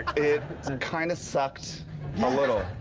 it kind of sucked um a little,